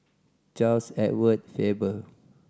Charles Edward Faber